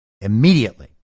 immediately